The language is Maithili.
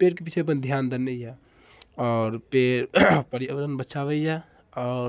पेड़के पिछे अपन ध्यान देने यऽ आओर पेड़ पर्यावरण बचाबैए आओर